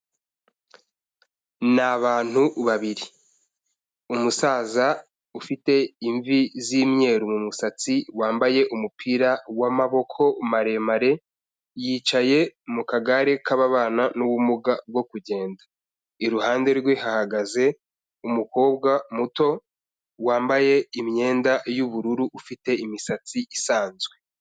Ni abantu babiri. Umusaza ufite imvi z'imyeru mu musatsi wambaye umupira w'amaboko maremare, yicaye mu kagare k'ababana n'ubumuga bwo kugenda. Iruhande rwe hahagaze umukobwa muto wambaye imyenda y'ubururu ufite imisatsi isanzwe.